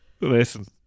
listen